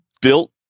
built